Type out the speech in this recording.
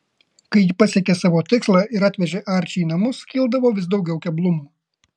kai ji pasiekė savo tikslą ir atvežė arčį į namus kildavo vis daugiau keblumų